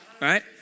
right